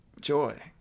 joy